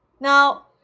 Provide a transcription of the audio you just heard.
Now